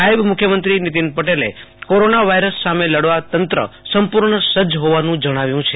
નાયબ મુખ્યમંત્રી નિતિન પટેલે કોરોના વાઈરસ સામે લડવા તંત્ર સંપુર્ણ સજ્જ હોવાનું જણાવ્યુ છે